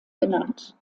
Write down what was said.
benannt